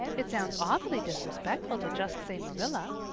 it sounds awfully disrespectful to just say marilla,